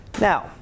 Now